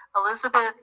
Elizabeth